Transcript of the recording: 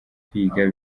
kwiga